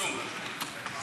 אוקיי.